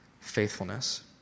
faithfulness